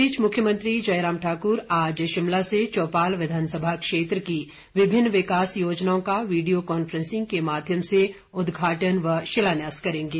इस बीच मुख्यमंत्री जयराम ठाक्र आज शिमला से चौपाल विधानसभा क्षेत्र की विभिन्न विकास योजनाओं का वीडियो कांफ्रेसिंग के माध्यम से उदघाटन व शिलान्यास करेंगे